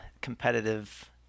competitive